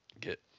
get